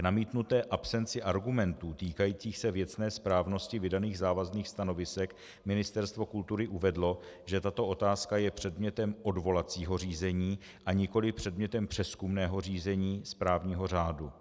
K namítnuté absenci argumentů týkajících se věcné správnosti vydaných závazných stanovisek Ministerstvo kultury uvedlo, že tato otázka je předmětem odvolacího řízení, a nikoliv předmětem přezkumného řízení správního řádu.